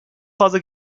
fazla